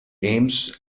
aims